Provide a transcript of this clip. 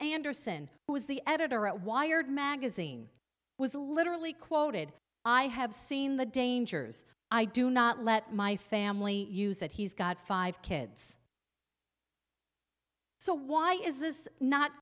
anderson who is the editor at wired magazine was literally quoted i have seen the dangers i do not let my family use it he's got five kids so why is this not